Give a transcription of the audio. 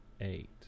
eight